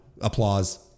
applause